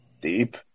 deep